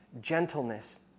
gentleness